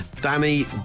Danny